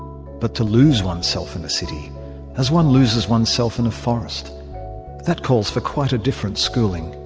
but to lose one's self in a city as one loses one's self in the forest that calls for quite a different schooling.